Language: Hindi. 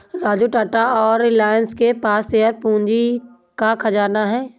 राजू टाटा और रिलायंस के पास शेयर पूंजी का खजाना है